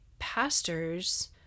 pastors